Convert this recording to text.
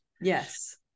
yes